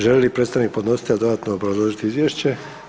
Želi li predstavnik podnositelja dodatno obrazložiti izvješće?